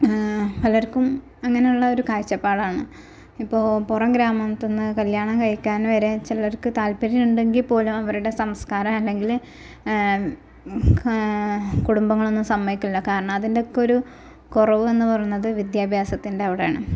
പലര്ക്കും അങ്ങനെയുള്ള ഒരു കാഴ്ചപ്പാടാണ് ഇപ്പോൾ പുറം ഗ്രാമംത്തുന്ന് കല്യാണം കഴിക്കാന് വരെ ചിലര്ക്ക് താല്പര്യം ഉണ്ടെങ്കിൽ പോലും അവരുടെ സംസ്കാരം അല്ലെങ്കിൽ കുടുംബങ്ങളൊന്നും സമ്മതിക്കുല കാരണം അതിന്റെയെക്കൊരു കുറവ് എന്ന് പറയണത് വിദ്യാഭ്യാസത്തിന്റെ അവിടെയാണ്